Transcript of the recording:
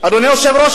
אדוני היושב-ראש,